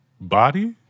body